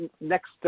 Next